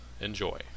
Enjoy